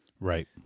Right